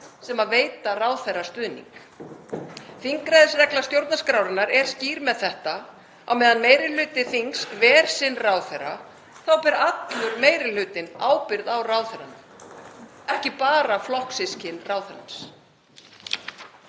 sem veita ráðherra stuðning. Þingræðisregla stjórnarskrárinnar er skýr með þetta. Á meðan meiri hluti þings ver sinn ráðherra ber allur meiri hlutinn ábyrgð á ráðherranum, ekki bara flokkssystkin ráðherrans.